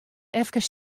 efkes